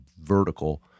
vertical